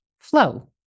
flow